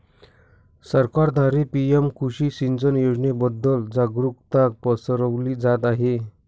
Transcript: सरकारद्वारे पी.एम कृषी सिंचन योजनेबद्दल जागरुकता पसरवली जात आहे